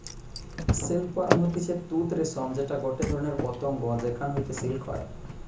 silk worm হতিছে তুত রেশম যেটা গটে ধরণের পতঙ্গ যেখান হইতে সিল্ক হয়